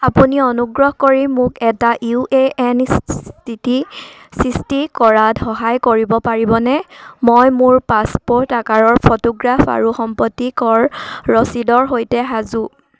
আপুনি অনুগ্ৰহ কৰি মোক এটা ইউ এ এন সৃষ্টি কৰাত সহায় কৰিব পাৰিবনে মই মোৰ পাছপোৰ্ট আকাৰৰ ফটোগ্ৰাফ আৰু সম্পত্তি কৰ ৰচিদৰ সৈতে সাজু